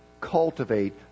Cultivate